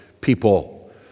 people